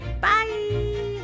Bye